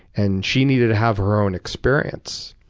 and she needed to have her own experience.